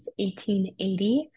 1880